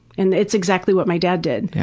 and it's exactly what my dad did. yeah